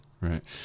Right